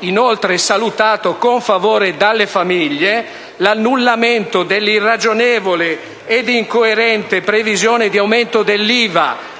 inoltre salutato con favore dalle famiglie l'annullamento dell'irragionevole ed incoerente previsione di aumento dell'IVA